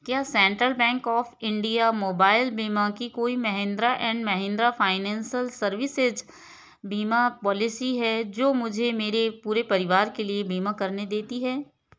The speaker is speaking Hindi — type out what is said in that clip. क्या central bank of India mobile बीमा की कोई Mahindra and Mahindra financial services बीमा पॉलिसी है जो मुझे मेरे पूरे परिवार के लिए बीमा करने देती है